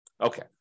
Okay